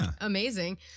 amazing